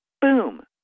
boom